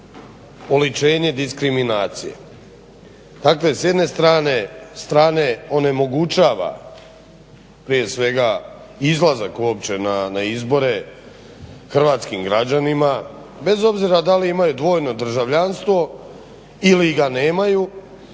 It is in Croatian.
oličenje diskriminacije. Dakle, s jedne strane onemogućava prije svega izlazak uopće na izbore hrvatskim građanima bez obzira da li imaju dvojno državljanstvo ili ga nemaju,